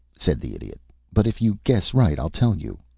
said the idiot but if you guess right, i'll tell you.